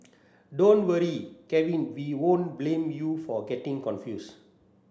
don't worry Kevin we won't blame you for getting confused